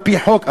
על-פי חוק,